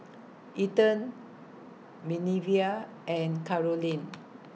Ethen Minervia and Karolyn